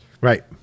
Right